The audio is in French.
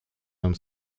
homme